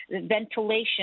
ventilation